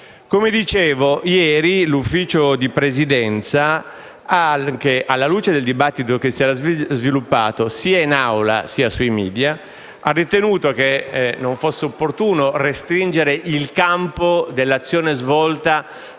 Come dicevo, ieri l'Ufficio di Presidenza, anche alla luce del dibattito che si era sviluppato sia in Aula sia sui *media*, ha ritenuto che non fosse opportuno restringere il campo dell'azione svolta